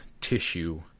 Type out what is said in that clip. tissue